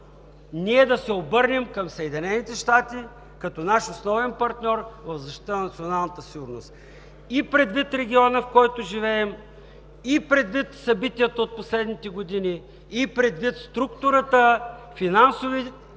ние да се обърнем към Съединените щати като наш основен партньор в защита на националната сигурност и предвид региона, в който живеем, и предвид събитията от последните години, и предвид структурата, финансовите